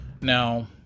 Now